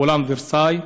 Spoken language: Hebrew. אולם ורסאי,